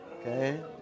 Okay